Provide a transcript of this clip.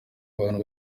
bantu